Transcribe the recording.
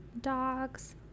dogs